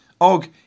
Og